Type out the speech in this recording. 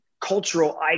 cultural